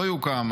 לא יוקם,